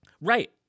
Right